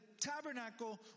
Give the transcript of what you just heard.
tabernacle